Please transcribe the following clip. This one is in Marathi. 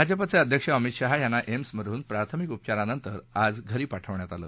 भाजपाचे अध्यक्ष अमित शाह याना एम्स मधून प्राथमिक उपचारांनंतर आज घरी पाठवण्यात आल